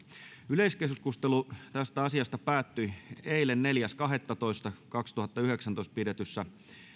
yleiskeskustelu tästä asiasta päättyi eilen neljäs kahdettatoista kaksituhattayhdeksäntoista pidetyssä